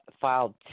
filed